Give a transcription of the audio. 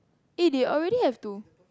eh they already have to